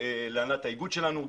להנהלת האיגוד שלנו,